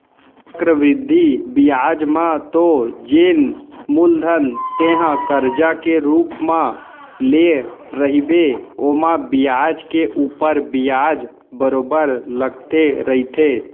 चक्रबृद्धि बियाज म तो जेन मूलधन तेंहा करजा के रुप म लेय रहिबे ओमा बियाज के ऊपर बियाज बरोबर लगते रहिथे